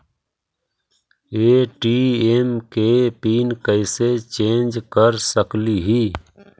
ATM के pin कैसे change कर सकली ही?